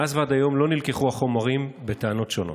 מאז ועד היום לא נלקחו החומרים, בטענות שונות.